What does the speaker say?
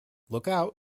lookout